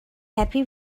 happy